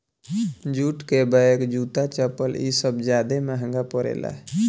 jute के bag, जूता, चप्पल इ सब ज्यादे महंगा परेला